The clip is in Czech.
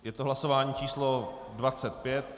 Je to hlasování číslo 25.